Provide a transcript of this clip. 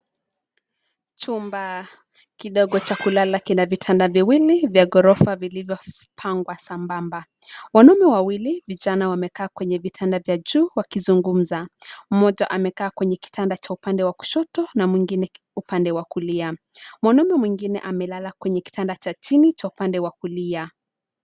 Chumba kidogo cha kulala kina vitanda viwili vya ghorofa vilivyopangwa samabamba, wanaume wawili vijana wamekaa kwenye vitanda vya juu wakizungumza mmoja amekaa kwenye kitanda cha upande wa kushoto na mwingine upande wa kulia. Mwanaume mwingine amelala kwenye kitanda cha chini cha upande wa kulia.